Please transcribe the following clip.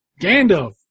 Gandalf